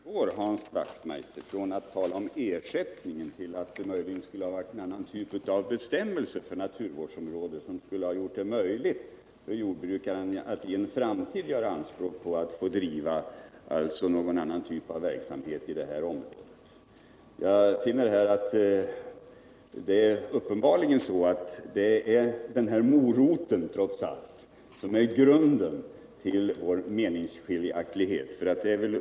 Herr talman! Nu övergår Hans Wachtmeister från att tala om ersättningen till att säga att det möjligen skulle ha varit en annan typ av bestämmelser för naturvårdsområde som skulle ha gjort det möjligt för jordbrukarna att i en framtid göra anspråk på att få driva någon annan typ av verksamhet i Nr 48 området. Uppenbarligen är det trots allt den här moroten som är grunden till våra meningsskiljaktigheter.